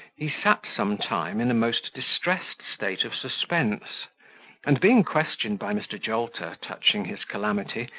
he sat some time in a most distressed state of suspense and being questioned by mr. jolter touching his calamity,